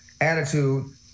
attitude